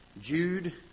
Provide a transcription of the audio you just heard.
Jude